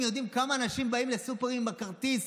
יודעים כמה אנשים באים לסופרים עם הכרטיסים